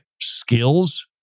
skills